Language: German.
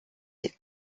sie